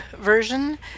version